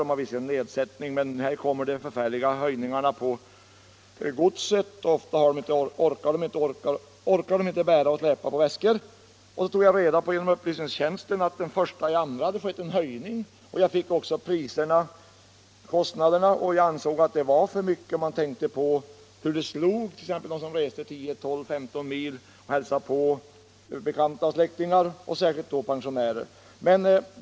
De får visserligen nedsatta biljettpriser men så tillkommer dessa avskräckande höjningar när det gäller godset. Ofta orkar inte dessa äldre människor bära eller släpa på tunga väskor. Genom upplysningstjänsten fick jag reda på att det den 1 februari skett en höjning av priset för pollettering av resgods. Jag fick reda på de nya priserna från den 1 februari 1976 som jag tycker är för höga, om man tänker på hur de slår för dem som reser t.ex. 12-15 mil och hälsar på bekanta eller släktingar. Särskilt svårt är det för pensionärer.